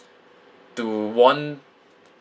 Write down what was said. to warn